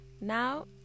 Now